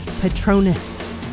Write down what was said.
patronus